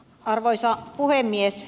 arvoisa puhemies